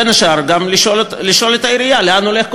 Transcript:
בין השאר גם לשאול את העירייה לאן הולך כל